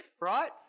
right